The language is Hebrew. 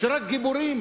שרק גיבורים